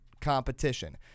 competition